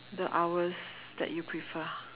the hours that you prefer